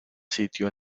sitio